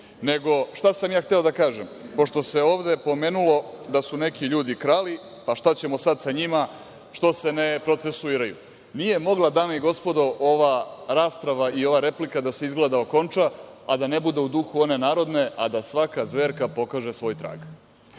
uvredu. Šta sam ja hteo da kažem? Pošto se ovde pomenulo da su neki ljudi krali, pa šta ćemo sad sa njima, što se ne procesuiraju? Nije mogla, dame i gospodo, ova rasprava i ova replika da se okonča a da ne bude u duhu one narode – a da svaka zverka pokaže svoj trag.